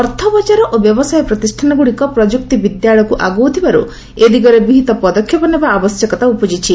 ଅର୍ଥ ବକାର ଓ ବ୍ୟବସାୟ ପ୍ରତିଷ୍ଠାନଗୁଡ଼ିକ ପ୍ରଯୁକ୍ତି ବିଦ୍ୟା ଆଡ଼କୁ ଆଗଉଥିବାରୁ ଏ ଦିଗରେ ବିହିତ ପଦକ୍ଷେପ ନେବା ଆବଶ୍ୟକତା ଉପୁକିଛି